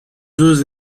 deux